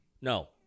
No